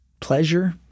pleasure